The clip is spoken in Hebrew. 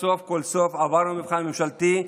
וסוף כל סוף עברנו מבחן ממשלתי.